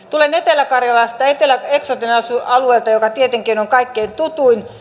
tulen etelä karjalasta eksoten alueelta joka tietenkin on kaikkein tutuin